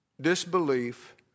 Disbelief